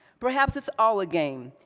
perhaps it's all a game,